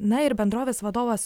na ir bendrovės vadovas